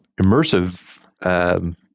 immersive